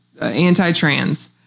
anti-trans